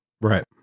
right